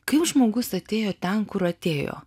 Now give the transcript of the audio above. kaip žmogus atėjo ten kur atėjo